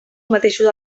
mateixos